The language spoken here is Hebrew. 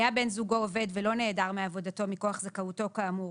היה בן זוגו עובד ולא נעדר מעבודתו מכוח זכאותו כאמור,